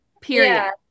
Period